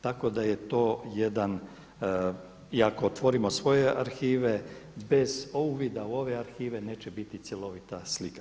Tako da je to jedan, i ako otvorimo svoje arhive bez uvida u ove arhive neće biti cjelovita slika.